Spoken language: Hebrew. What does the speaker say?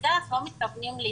בזה אנחנו לא מתכוונים להתערב.